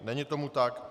Není tomu tak.